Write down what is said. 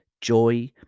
joy